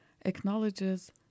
acknowledges